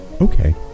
Okay